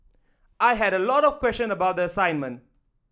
I had a lot of question about the assignment